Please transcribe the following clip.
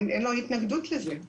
אין לו התנגדות לזה.